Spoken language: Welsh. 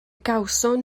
gawson